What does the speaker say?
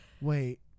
wait